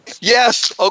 Yes